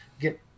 get